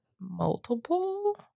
Multiple